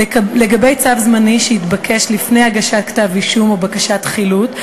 לגבי צו זמני שהתבקש לפני הגשת כתב-אישום או בקשת חילוט,